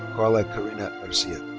carla karina garcia.